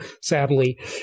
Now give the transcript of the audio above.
sadly